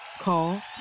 Call